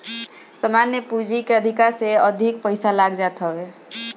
सामान्य पूंजी के अधिका से अधिक पईसा लाग जात हवे